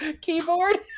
keyboard